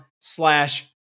slash